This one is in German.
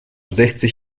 sechzig